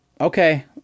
Okay